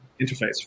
interface